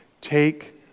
Take